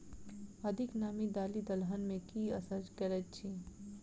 अधिक नामी दालि दलहन मे की असर करैत अछि?